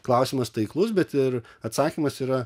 klausimas taiklus bet ir atsakymas yra